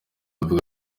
mvuga